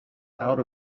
out